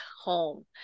home